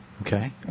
Okay